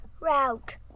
Route